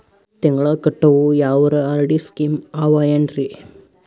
ತಿಂಗಳ ಕಟ್ಟವು ಯಾವರ ಆರ್.ಡಿ ಸ್ಕೀಮ ಆವ ಏನ್ರಿ?